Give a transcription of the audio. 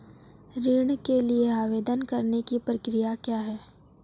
ऋण के लिए आवेदन करने की प्रक्रिया क्या है?